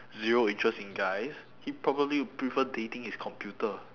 zero interest in guys he probably would prefer dating his computer